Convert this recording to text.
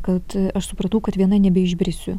kad aš supratau kad viena nebeišbrisiu